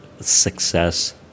success